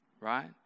right